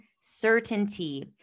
certainty